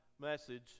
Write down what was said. message